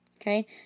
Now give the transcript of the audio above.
Okay